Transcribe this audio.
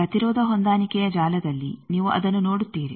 ಪ್ರತಿರೋಧ ಹೊಂದಾಣಿಕೆಯ ಜಾಲದಲ್ಲಿ ನೀವು ಅದನ್ನು ನೋಡುತ್ತೀರಿ